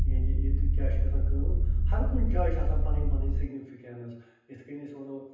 ییٚلہِ ییٚتہِ کیٛاہ چھُ گَژھان کٲم ہرٕ کُنہِ چاے چھِ آسان پنٕنۍ پںٕنۍ سِگنِفِکٮ۪نٕس یِتھ کٔنۍ أسۍ وَنو